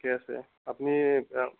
ঠিকে আছে আপুনি